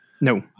No